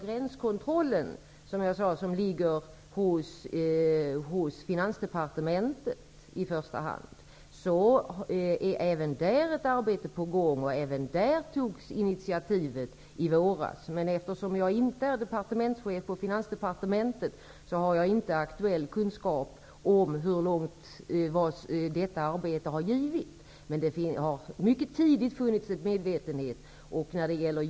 Gränskontrollen ligger i första hand hos Finansdepartementet, som jag sade. Även där är ett arbete på gång, och även där togs initiativet i våras. Men eftersom jag inte är departementschef på Finansdepartementet, har jag inte aktuell kunskap om vad detta arbete har givit. Det har mycket tidigt funnits en medvetenhet om detta.